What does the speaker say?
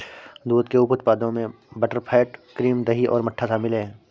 दूध के उप उत्पादों में बटरफैट, क्रीम, दही और मट्ठा शामिल हैं